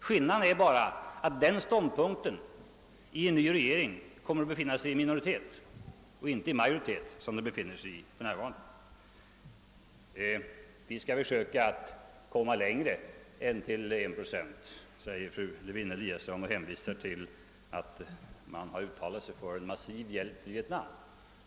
Skillnaden är bara att den ståndpunkten i en ny regering kommer att befinna sig i minoritet och inte i majoritet som den för närvarande gör. Vi skall försöka komma längre än till 1 procent, säger fru Lewén-Eliasson och hänvisar till att socialdemokraterna uttalat sig för en massiv hjälp till Vietnam.